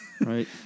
Right